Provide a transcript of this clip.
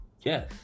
yes